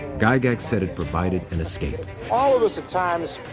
gygax said it provided an escape. all of us, at times,